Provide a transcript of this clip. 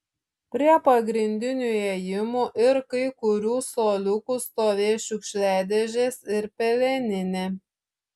prie pagrindinių įėjimų ir kai kurių suoliukų stovės šiukšliadėžės ir peleninė